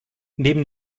neben